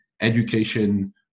education